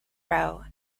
row